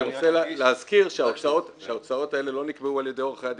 אני רוצה להזכיר שההוצאות האלה לא נקבעו על ידי עורכי הדין,